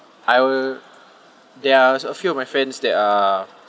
I will there are also a few of my friends that are